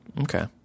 Okay